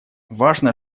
важно